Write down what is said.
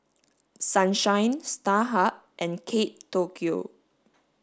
Sunshine Starhub and Kate Tokyo